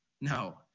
No